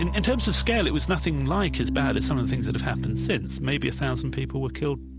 in terms of scale it was nothing like as bad as some of the things that have happened since maybe one thousand people were killed,